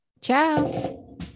Ciao